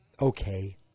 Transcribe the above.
okay